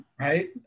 right